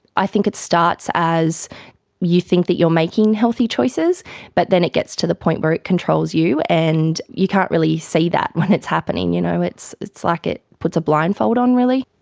i think it starts as you think that you're making healthy choices but then it gets to the point where it controls you, and you can't really see that when it's happening. you know it's it's like it puts a blindfold on, really.